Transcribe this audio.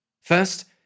First